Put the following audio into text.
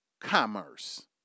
commerce